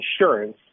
insurance